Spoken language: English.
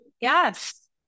Yes